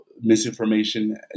misinformation